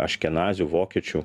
aškenazių vokiečių